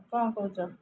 କ'ଣ କହୁଛ